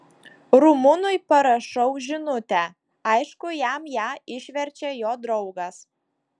rumunui parašau žinutę aišku jam ją išverčia jo draugas